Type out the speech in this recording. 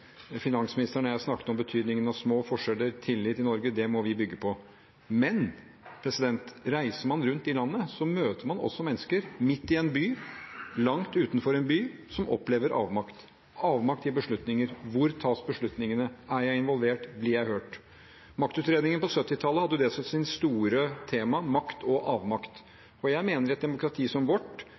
Finansministeren og jeg har snakket om betydningen av små forskjeller og tillit i Norge, og at det må vi bygge på. Men reiser man rundt i landet, møter man også mennesker, både midt i en by og langt utenfor en by, som opplever avmakt – avmakt overfor beslutninger. Hvor tas beslutningene? Er jeg involvert? Blir jeg hørt? Maktutredningen på 1970-tallet hadde det som sitt store tema: makt og avmakt. Jeg mener at i et demokrati som vårt,